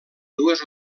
dues